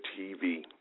TV